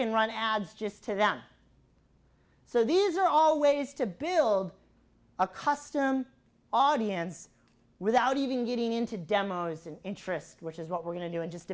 can run ads just to them so these are all ways to build a custom audience without even getting into demo as an interest which is what we're going to do in just